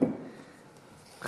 ב'